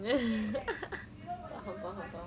faham faham faham